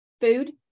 food